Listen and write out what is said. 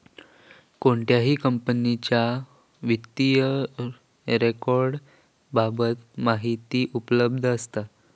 कोणत्याही कंपनीच्या वित्तीय रेकॉर्ड बाबत माहिती उपलब्ध असता